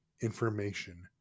information